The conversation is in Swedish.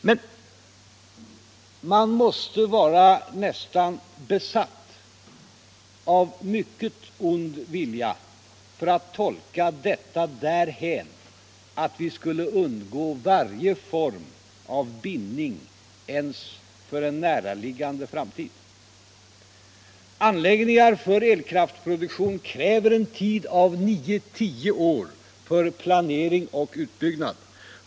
Men man måste vara nästan besatt av mycket ond vilja för att tolka detta därhän att vi skulle undgå varje form av bindning ens för en näraliggande framtid. Anläggningar för elkraftproduktionen kräver en tid på 9-10 år för planering och utbyggnad.